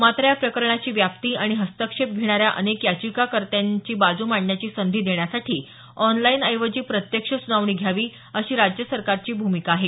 मात्र या प्रकरणाची व्याप्ती आणि हस्तक्षेप घेणाऱ्या अनेक याचिकाकर्त्यांची बाजू मांडण्याची संधी देण्यासाठी ऑनलाईन ऐवजी प्रत्यक्ष सुनावणी घ्यावी अशी राज्य सरकाची भूमिका आहे